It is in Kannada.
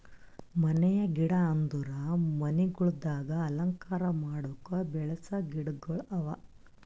ಮನೆಯ ಗಿಡ ಅಂದುರ್ ಮನಿಗೊಳ್ದಾಗ್ ಅಲಂಕಾರ ಮಾಡುಕ್ ಬೆಳಸ ಗಿಡಗೊಳ್ ಅವಾ